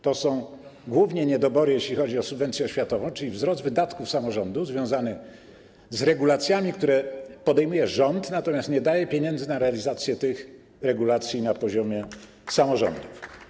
To są głównie niedobory, jeśli chodzi o subwencję oświatową, czyli wzrost wydatków samorządów związany z regulacjami, które podejmuje rząd, natomiast nie daje pieniędzy na realizację tych regulacji na poziomie samorządów.